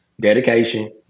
dedication